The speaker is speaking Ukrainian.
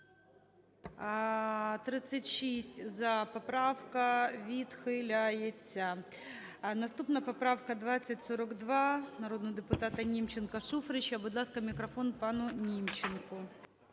За-36 Поправка відхиляється. Наступна поправка – 2042, народного депутата Німченка, Шуфрича. Будь ласка, мікрофон пану Німченку.